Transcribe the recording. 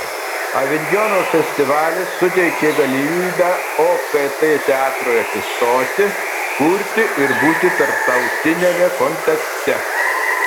avinjono festivalis suteikė galimybę okt teatrui atsistoti kurti ir būti tarptautiniame kontekste